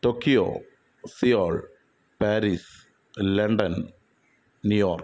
Tokyo Seoul Paris London New York